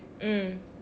mm